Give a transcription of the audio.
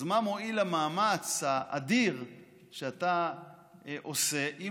אז מה מועיל המאמץ האדיר שאתה עושה אם